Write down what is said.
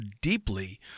deeply